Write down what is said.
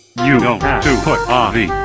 you have to put ah the